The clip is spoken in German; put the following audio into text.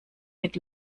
mit